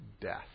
death